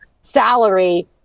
salary